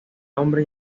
hombre